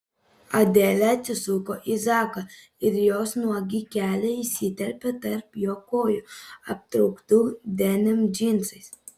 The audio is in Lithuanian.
adelė atsisuko į zaką ir jos nuogi keliai įsiterpė tarp jo kojų aptrauktų denim džinsais